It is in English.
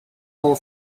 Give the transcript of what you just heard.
poor